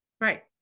Right